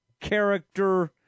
character